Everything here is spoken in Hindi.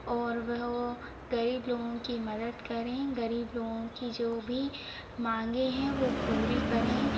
और वह वो ग़रीब लोगों की मदद करें ग़रीब लोगों की जो भी माँगें हैं वो पूरी करें